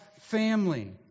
family